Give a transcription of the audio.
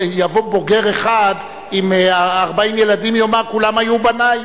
יבוא בוגר אחד עם 40 ילדים, יאמר: כולם היו בני.